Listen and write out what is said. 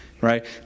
right